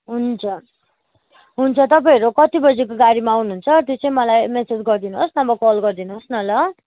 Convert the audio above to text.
हुन्छ हुन्छ तपाईँहरू कति बजीको गाडीमा आउनुहुन्छ त्यो चाहिँ मलाई मेसेज गरिदिनु होस् नभए कल गरिदिनु होस् न ल